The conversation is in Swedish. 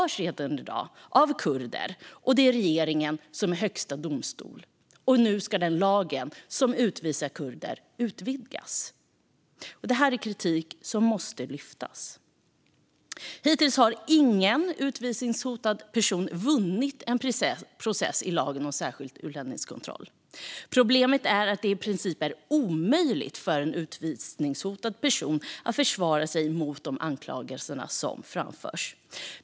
Redan i dag utvisas kurder, och det är regeringen som är högsta domstol. Nu ska lagen som möjliggör utvisning av kurder utvidgas. Detta är kritik som måste lyftas. Hittills har ingen utvisningshotad person vunnit en process enligt lagen om särskild utlänningskontroll. Problemet är att det är i princip omöjligt för en utvisningshotad person att försvara sig mot de anklagelser som framförs.